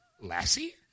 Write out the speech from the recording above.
Lassie